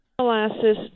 molasses